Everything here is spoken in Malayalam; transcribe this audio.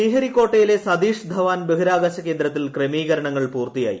ശ്രീഹരിക്കോട്ടയിലെ സതീഷ് ധവാൻ ബഹിരാകാശ കേന്ദ്രത്തിൽ ക്രമീകരണങ്ങൾ പൂർത്തിയായി